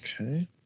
okay